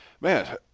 Man